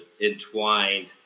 entwined –